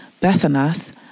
Bethanath